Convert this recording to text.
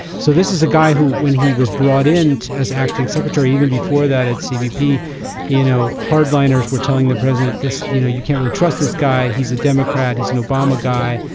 so this is a guy who when he was brought in as acting secretary even before that and cbp you know hardliners were telling the president this you know you can really trust this guy. he's a democrat. he's an obama guy.